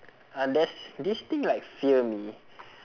uh there's this thing like fear me